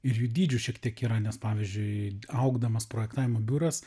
ir jų dydžiu šiek tiek yra nes pavyzdžiui augdamas projektavimo biuras